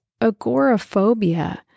agoraphobia